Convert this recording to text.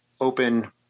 open-